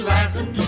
Latin